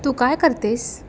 तू काय करतेस